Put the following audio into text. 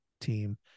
team